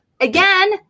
again